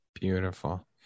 Beautiful